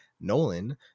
nolan